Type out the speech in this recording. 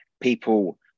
people